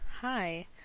hi